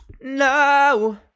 No